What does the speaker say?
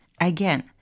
Again